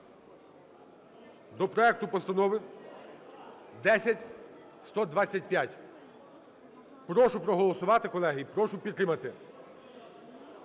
до проекту постанови 10125. Прошу проголосувати, колеги, прошу підтримати